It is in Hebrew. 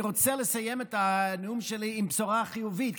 אני רוצה לסיים את הנאום שלי בבשורה חיובית,